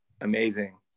amazing